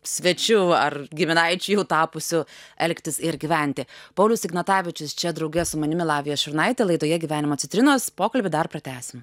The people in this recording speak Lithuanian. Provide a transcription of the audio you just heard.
svečiu ar giminaičiu jau tapusiu elgtis ir gyventi paulius ignatavičius čia drauge su manimi lavija šurnaite laidoje gyvenimo citrinos pokalbį dar pratęsim